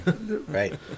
Right